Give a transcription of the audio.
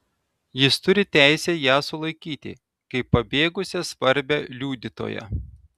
jis turi teisę ją sulaikyti kaip pabėgusią svarbią liudytoją